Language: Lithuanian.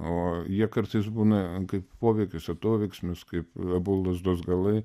o jie kartais būna kaip poveikis atoveiksmis kaip abu lazdos galai